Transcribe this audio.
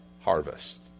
harvest